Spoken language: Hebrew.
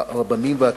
הרבנים והקאדים.